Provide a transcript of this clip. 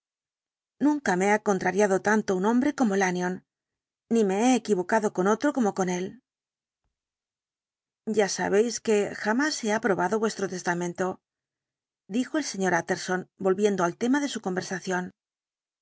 nunca me ha contrariado tanto un hombre como lanyón ni me he equivocado con otro como con él ya sabéis que jamás he aprobado vuestro testamento dijo el sr utterson volviendo al tema de su conversación